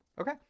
Okay